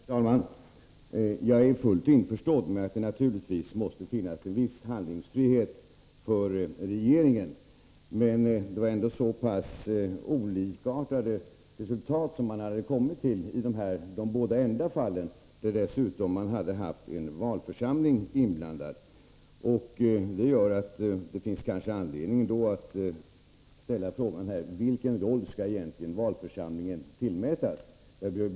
Herr talman! Jag är fullt införstådd med att det naturligtvis måste finnas en viss handlingsfrihet för regeringen, men det var ändå så pass olikartade resultat man kom till i de enda fall där man dessutom hade haft en valförsamling inblandad. Det gör att det kanske finns anledning att ställa frågan: Vilken roll skall egentligen valförsamlingarna tilldelas?